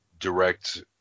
direct